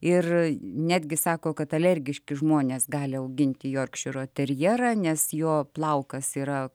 ir netgi sako kad alergiški žmonės gali auginti jorkšyro terjerą nes jo plaukas yra